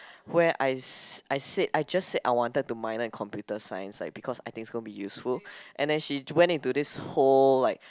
where I said I just said I wanted to minor in computer science like because I think it's gonna be useful and then she went into this whole like